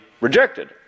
rejected